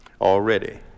already